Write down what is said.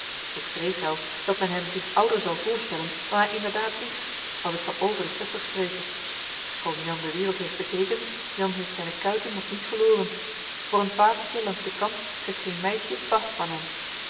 ik vrees zelfs dat men hem zich ouder zal voorstellen dan hij inderdaad is als ik van over de zestig spreke schoon jan de wereld heeft bekeken jan heeft zijne kuiten nog niet verloren voor een p a t e